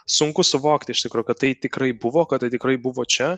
sunku suvokti iš tikro kad tai tikrai buvo kad tai tikrai buvo čia